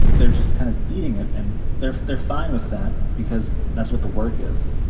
they're just kind of eating it. and they're they're fine with that, because that's what the work is.